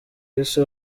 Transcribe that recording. isi